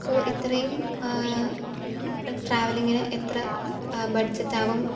അപ്പോൾ ഇത്രയും ട്രാവലിംഗിന് എത്ര ബഡ്ജെറ്റാവും